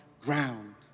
ground